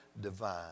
divine